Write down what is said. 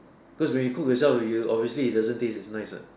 cause when you cook yourself you obviously it doesn't taste as nice what